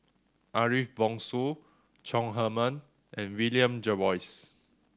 Ariff Bongso Chong Heman and William Jervois